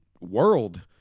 world